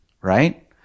Right